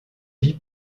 vie